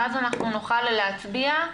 ואז נוכל להצביע.